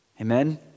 Amen